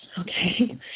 okay